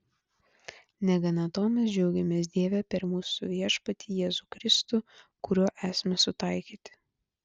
negana to mes džiaugiamės dieve per mūsų viešpatį jėzų kristų kuriuo esame sutaikyti